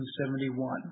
1971